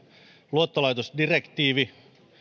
luottolaitosdirektiivi